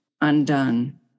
Undone